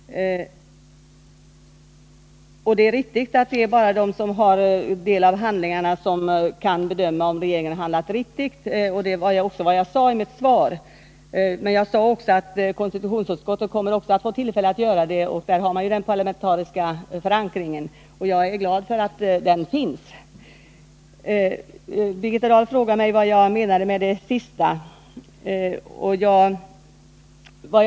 Det är riktigt att det bara är de som har del av handlingarna som kan bedöma om regeringen handlat riktigt. Det sade jag också i mitt svar. Men jag sade också att konstitutionsutskottet kommer att få tillfälle att granska handläggningen. Där har man den parlamentariska förankringen, och jag är glad att den finns. Birgitta Dahl frågade vad jag menade med det sista i svaret.